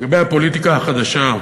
לגבי הפוליטיקה החדשה,